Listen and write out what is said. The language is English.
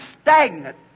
stagnant